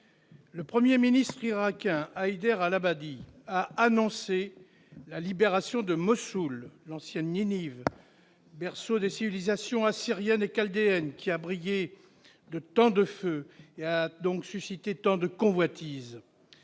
le Premier ministre irakien, Haïder Al-Abadi, a annoncé la libération de Mossoul, l'ancienne Ninive, berceau des civilisations assyrienne et chaldéenne, qui a brillé de tant de feux et a donc suscité tant de convoitises.